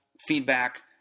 feedback